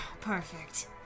Perfect